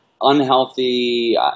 unhealthy